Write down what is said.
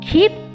Keep